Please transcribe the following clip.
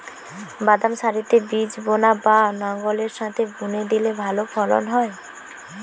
বাদাম সারিতে বীজ বোনা না লাঙ্গলের সাথে বুনে দিলে ভালো ফলন হয়?